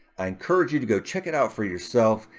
i encourage you to go check it out for yourself.